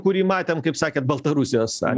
kurį matėm kaip sakėt baltarusijos